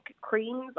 creams